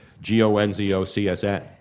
G-O-N-Z-O-C-S-N